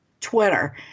Twitter